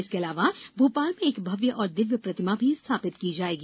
इसके अलावा भोपाल में एक भव्य और दिव्य प्रतिमा भी स्थापित की जाएगी